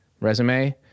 resume